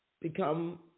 become